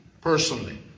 personally